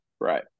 Right